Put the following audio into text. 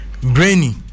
Brainy